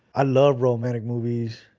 i love romantic movies.